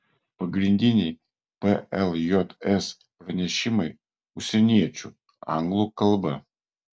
pagrindiniai pljs pranešimai užsieniečių anglų kalba